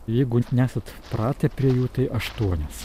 jeigu nesat pratę prie jų tai aštuonias